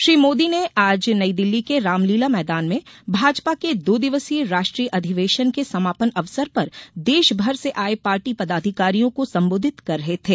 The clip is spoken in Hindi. श्री मोदी ने आज नई दिल्ली के रामलीला मैदान में भाजपा के दो दिवसीय राष्ट्रीय अधिवेशन के समापन अवसर पर देशभर से आये पार्टी पदाधिकारियों को संबोधित कर रहे थे